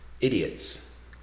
idiots